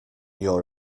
your